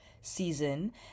season